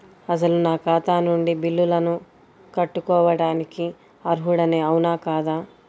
అసలు నా ఖాతా నుండి బిల్లులను కట్టుకోవటానికి అర్హుడని అవునా కాదా?